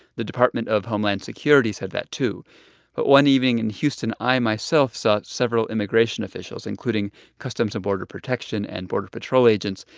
the department of homeland security said that, too. but one evening in houston, i myself saw several immigration officials, including customs and border protection and border patrol agents,